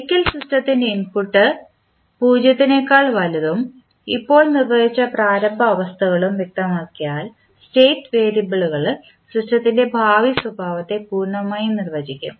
ഒരിക്കൽ സിസ്റ്റത്തിന്റെ ഇൻപുട്ട് 0 നേക്കാൾ വലുതും ഇപ്പോൾ നിർവചിച്ച പ്രാരംഭ അവസ്ഥകളും വ്യക്തമാക്കിയാൽ സ്റ്റേറ്റ് വേരിയബിളുകൾ സിസ്റ്റത്തിന്റെ ഭാവി സ്വഭാവത്തെ പൂർണ്ണമായും നിർവചിക്കും